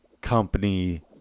company